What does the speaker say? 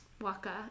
Waka